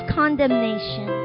condemnation